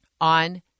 on